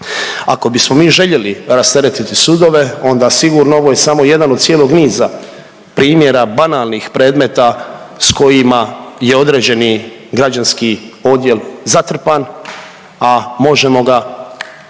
Ako bismo mi željeli rasteretiti sudove onda sigurno ovo je samo jedan od cijelog niza primjera banalnih predmeta s kojima je određeni građanski odjel zatrpan, a možemo ga